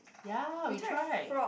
ya we try